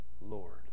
Lord